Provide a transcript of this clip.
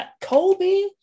Colby